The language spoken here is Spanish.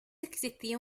existía